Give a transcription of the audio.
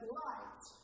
light